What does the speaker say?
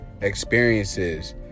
experiences